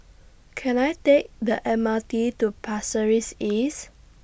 Can I Take The M R T to Pasir Ris East